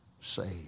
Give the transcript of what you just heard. saved